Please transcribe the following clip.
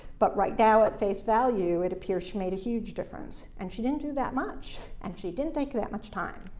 but right now, at face value, it appears she made a huge difference. and she didn't do that much. and she didn't take that much time.